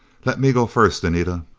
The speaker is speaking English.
let me go first, anita.